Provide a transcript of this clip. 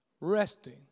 Resting